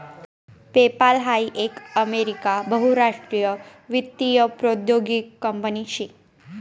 PayPal हाई एक America बहुराष्ट्रीय वित्तीय प्रौद्योगीक कंपनी शे